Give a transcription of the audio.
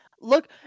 Look